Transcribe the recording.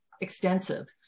extensive